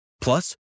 Plus